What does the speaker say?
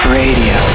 radio